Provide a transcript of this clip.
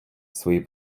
свої